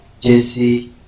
JC